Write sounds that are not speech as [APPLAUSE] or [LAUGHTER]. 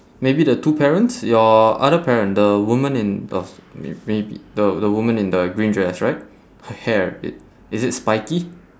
maybe the two parents your other parent the woman in uh [NOISE] may~ maybe the the woman in the green dress right her hair i~ is it spiky